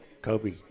Kobe